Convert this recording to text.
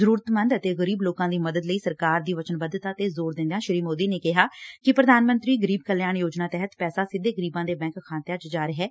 ਜਰੂਰਤਮੰਦ ਅਤੇ ਗਰੀਬ ਲੋਕਾਂ ਦੀ ਮਦਦ ਲਈ ਸਰਕਾਰ ਦੀ ਵਚਨਬੱਧਤਾ ਤੇ ਜੋਰ ਦਿੰਦਿਆਂ ਸ਼੍ਰੀ ਮੋਦੀ ਨੇ ਕਿਹਾ ਕਿ ਪ੍ਧਾਨ ਮੰਤਰੀ ਗਰੀਬ ਕਲਿਆਣ ਯੋਜਨਾ ਤਹਿਤ ਪੈਸਾ ਸਿੱਧੇ ਗਰੀਬਾਂ ਦੇ ਬੈਂਕ ਖਾਤਿਆਂ 'ਚ ਜਾ ਰਿਹੈ